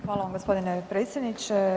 Hvala vam gospodine predsjedniče.